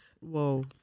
Whoa